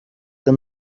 the